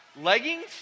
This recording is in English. Leggings